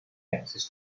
access